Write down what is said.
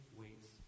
waits